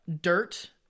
dirt